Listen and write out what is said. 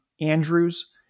Andrews